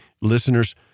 listeners